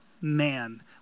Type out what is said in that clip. man